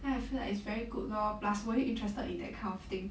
then I feel like it's very good lor plus 我又 interested in that kind of thing